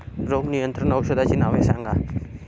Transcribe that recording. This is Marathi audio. रोग नियंत्रण औषधांची नावे सांगा?